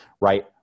right